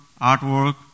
artwork